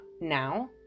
now